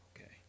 okay